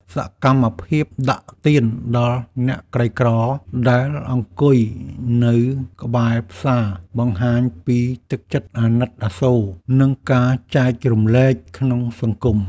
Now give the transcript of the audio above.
សកម្មភាពដាក់ទានដល់អ្នកក្រីក្រដែលអង្គុយនៅក្បែរផ្សារបង្ហាញពីទឹកចិត្តអាណិតអាសូរ និងការចែករំលែកក្នុងសង្គម។